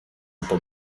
από